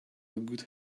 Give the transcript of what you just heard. good